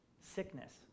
sickness